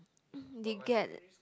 they get